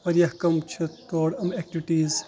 واریاہ کَم چھِ تور یِم اٮ۪کٹیوٹیٖز